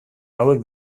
hauek